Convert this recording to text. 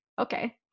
Okay